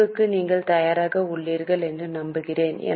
தீர்வுக்கு நீங்கள் தயாராக உள்ளீர்கள் என்று நம்புகிறேன்